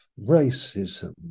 racism